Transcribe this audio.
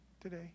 today